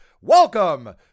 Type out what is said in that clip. welcome